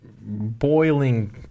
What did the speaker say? boiling